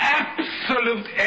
absolute